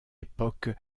époque